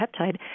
peptide